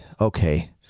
Okay